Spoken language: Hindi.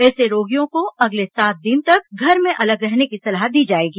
ऐसे रोगियों को अगले सात दिन तक घर में अलग रहने की सलाह दी जाएगी